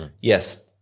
Yes